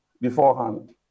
beforehand